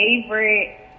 favorite